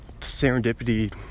serendipity